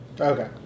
Okay